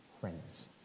friends